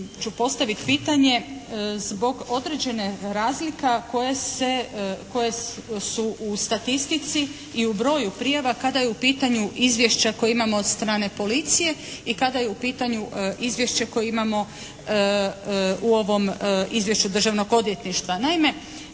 postaviti pitanje zbog određene razlika koje su u statistici i u broju prijava kada je u pitanju izvješća koja imamo od strane policije i kada je u pitanju izvješće koje imamo u ovom izvješću Državnog odvjetništva.